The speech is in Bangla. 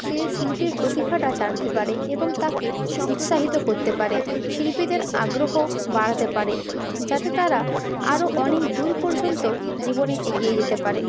সেই শিল্পীর প্রতিভাটা জানতে পারে এবং তাকে উৎসাহিত করতে পারে শিল্পীদের আগ্রহ বাড়াতে পারে যাতে তারা আরও অনেক দূর পর্যন্ত জীবনে এগিয়ে যেতে পারে